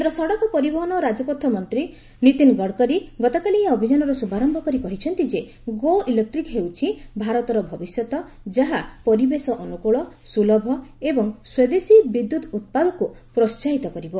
କେନ୍ଦ୍ର ସଡ଼କ ପରିବହନ ଓ ରାଜପଥ ମନ୍ତ୍ରୀ ନୀତିନ ଗଡ଼କରୀ ଗତକାଲି ଏହି ଅଭିଯାନର ଶୁଭାରମ୍ଭ କରି କହିଛନ୍ତି 'ଗୋ ଇଲେକ୍ଟିକ୍' ହେଉଛି ଭାରତର ଭବିଷ୍ୟତ ଯାହା ପରିବେଶ ଅନୁକୂଳ ସୁଲଭ ଏବଂ ସ୍ୱଦେଶୀ ବିଦ୍ୟୁତ୍ ଉତ୍ପାଦକୁ ପ୍ରୋହାହିତ କରିବ